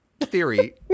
theory